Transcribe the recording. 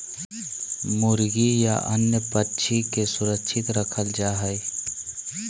मुर्गी या अन्य पक्षि के सुरक्षित रखल जा हइ